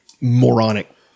moronic